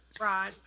Right